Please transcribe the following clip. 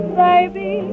baby